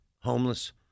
homeless